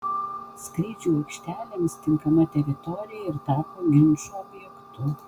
skrydžių aikštelėms tinkama teritorija ir tapo ginčų objektu